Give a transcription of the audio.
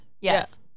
yes